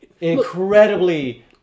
incredibly